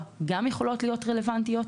הפרות תעבורה גם יכולות להיות רלוונטיות.